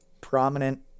prominent